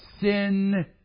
sin